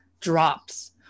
drops